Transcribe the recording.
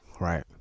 Right